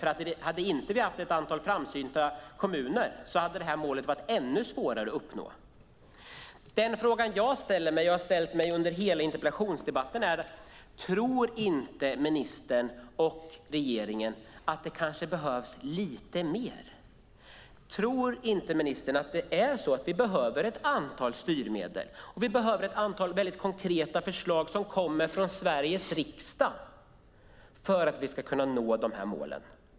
Hade vi inte haft ett antal framsynta kommuner hade det här målet varit ännu svårare att uppnå. En fråga som jag har ställt mig under hela den här interpellationsdebatten är: Tror inte ministern och regeringen att det kanske behövs lite mer? Tror inte ministern att vi behöver ett antal styrmedel och ett antal mycket konkreta förslag som kommer från Sveriges riksdag för att vi ska kunna nå de här målen?